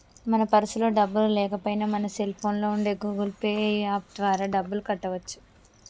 మన పర్సులో డబ్బులు లేకపోయినా మన సెల్ ఫోన్లో ఉండే గూగుల్ పే యాప్ ద్వారా డబ్బులు కట్టవచ్చు